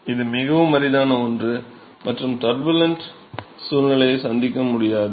இது மிகவும் அரிதான ஒன்று மற்றும் ஒரு டர்புலன்ட் சூழ்நிலையை சந்திக்க முடியாது